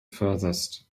furthest